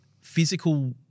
physical